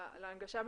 להנגשה,